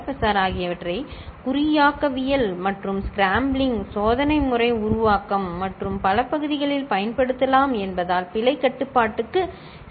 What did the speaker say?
R ஆகியவற்றை குறியாக்கவியல் மற்றும் scrambling சோதனை முறை உருவாக்கம் மற்றும் பல பகுதிகளில் பயன்படுத்தலாம் என்பதால் பிழை கட்டுப்பாட்டுக்கு சி